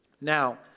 Now